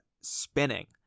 spinning